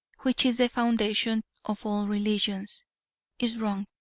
which is the foundation of all religions is wrong,